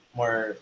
more